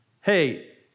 Hey